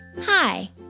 Hi